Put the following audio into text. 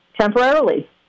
temporarily